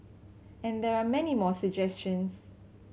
and there are many more suggestions